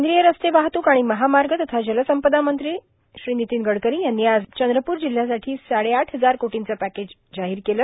कद्रीय रस्ते वाहतूक आर्माण महामाग तथा जलसंपदामंत्री र्नितीन गडकरां यांनी आज चंद्रपूर जिल्ह्यासाठी साडेआठ हजार कोर्टांच पॅकेज जाहीर केलं